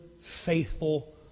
faithful